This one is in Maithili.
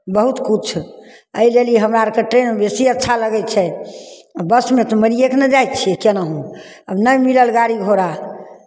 बहुत किछु एहिलेल ई हमरा अरके ट्रेन बेसी अच्छा लगै छै आ बसमे तऽ मरिए कऽ ने जाइ छियै केनाहु आब नहि मिलल गाड़ी घोड़ा